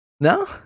no